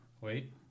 Wait